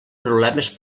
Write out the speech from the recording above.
problemes